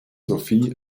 sophie